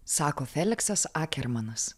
sako feliksas akermanas